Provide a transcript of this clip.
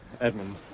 Edmund